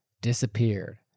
disappeared